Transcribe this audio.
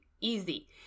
easy